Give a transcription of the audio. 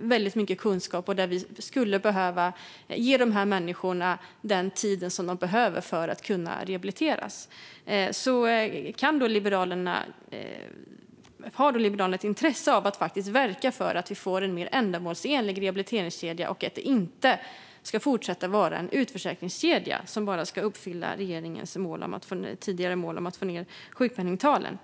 väldigt mycket kunskap och skulle behöva ge de människorna den tid de behöver för att de ska kunna rehabiliteras. Har alltså Liberalerna ett intresse av att faktiskt verka för att vi får en mer ändamålsenlig rehabiliteringskedja och att det inte ska fortsätta vara en utförsäkringskedja som bara ska uppfylla regeringens tidigare mål om att få ned sjukpenningtalen?